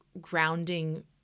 grounding